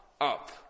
up